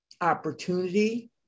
opportunity